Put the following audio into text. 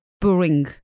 bring